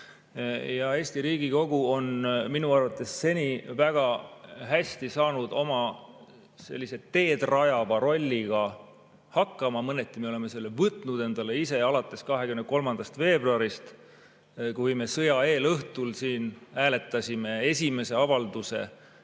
täpne. Eesti Riigikogu on minu arvates seni väga hästi saanud oma sellise teed rajava rolliga hakkama. Mõneti me oleme selle võtnud endale ise alates 23. veebruarist, kui me sõja eelõhtul siin hääletasime esimese avalduse